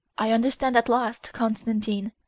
i understand at last, constantine,